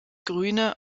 grüne